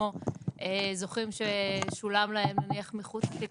כמו זוכים ששולם להם נניח מחוץ לתיק